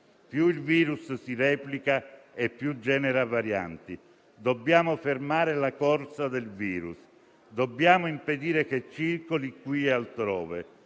«Più il virus si replica e più genera varianti. Dobbiamo fermare la corsa del virus. Dobbiamo impedire che circoli, qui e altrove».